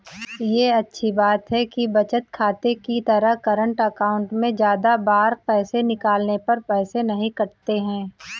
ये अच्छी बात है कि बचत खाते की तरह करंट अकाउंट में ज्यादा बार पैसे निकालने पर पैसे नही कटते है